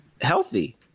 healthy